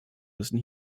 müssen